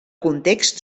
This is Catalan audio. context